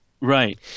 Right